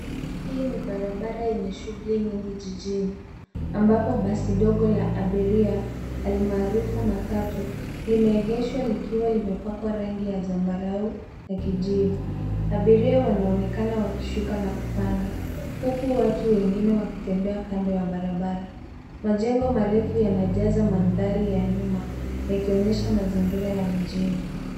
Hii ni barabara enye shuguli nyingi jijini ambapo basi ndogo la abiria almarufu matatu limeegeshwa likiwa limepakwa rangi ya zamarau na kijivu. Abiria wanaonekana wakishuka na kupanda huku watu wengine wakitembea kando ya barabara. Majengo marefu yanajaza mandhari ya nyuma akionyesha mazingira ya mjini.